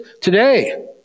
today